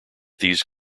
these